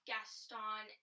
Gaston